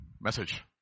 message